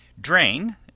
Drain